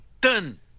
Done